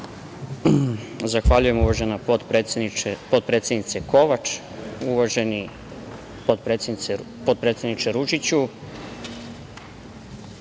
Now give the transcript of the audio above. Zahvaljujem, uvažena potpredsednice Kovač. Uvaženi potpredsedniče Ružiću,